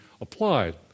applied